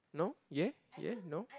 no ya ya no